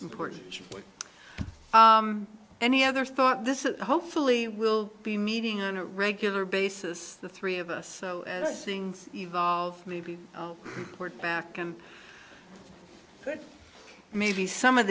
important to any other thought this is hopefully we'll be meeting on a regular basis the three of us so things evolve maybe we're back and maybe some of